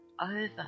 over